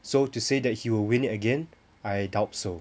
so to say that he will win it again I doubt so